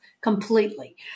completely